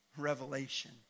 revelation